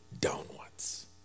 downwards